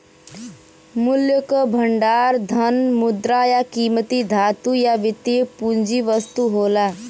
मूल्य क भंडार धन, मुद्रा, या कीमती धातु या वित्तीय पूंजी वस्तु होला